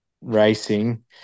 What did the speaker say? racing